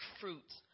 fruits